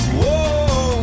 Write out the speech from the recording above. Whoa